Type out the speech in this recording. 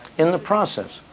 in the process,